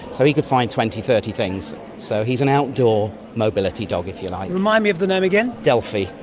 so he can find twenty, thirty things. so he is an outdoor mobility dog, if you like. remind me of the name again. delphi.